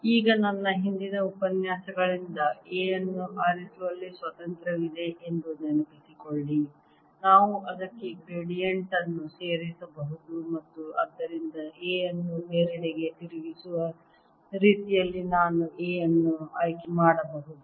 ಈಗ ನನ್ನ ಹಿಂದಿನ ಉಪನ್ಯಾಸಗಳಿಂದ A ಅನ್ನು ಆರಿಸುವಲ್ಲಿ ಸ್ವಾತಂತ್ರ್ಯವಿದೆ ಎಂದು ನೆನಪಿಸಿಕೊಳ್ಳಿ ನಾವು ಅದಕ್ಕೆ ಗ್ರೇಡಿಯಂಟ್ ಅನ್ನು ಸೇರಿಸಬಹುದು ಮತ್ತು ಆದ್ದರಿಂದ A ಅನ್ನು ಬೇರೆಡೆಗೆ ತಿರುಗಿಸುವ ರೀತಿಯಲ್ಲಿ ನಾನು A ಅನ್ನು ಆಯ್ಕೆ ಮಾಡಬಹುದು